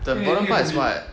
the important part is what